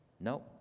No